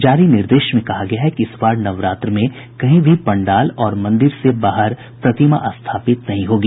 जारी निर्देश में कहा गया है इस बार नवरात्र में कहीं भी पंडाल और मंदिर से बाहर प्रतिमा स्थापित नहीं होगी